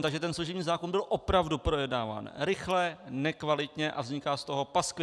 Takže služební zákon byl opravdu projednáván rychle, nekvalitně a vzniká z toho paskvil.